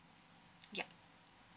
yup